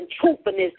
truthfulness